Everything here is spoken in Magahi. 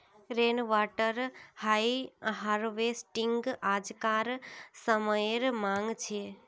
रेन वाटर हार्वेस्टिंग आज्कार समयेर मांग छे